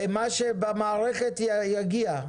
מה שהוזמן ובמערכת יגיע.